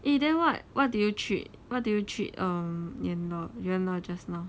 eh then what what did you treat what do you treat um yuanle yuanle just now